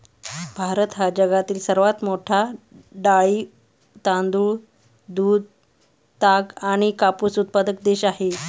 भारत हा जगातील सर्वात मोठा डाळी, तांदूळ, दूध, ताग आणि कापूस उत्पादक देश आहे